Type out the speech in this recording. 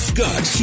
Scott